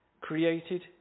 created